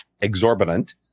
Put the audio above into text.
exorbitant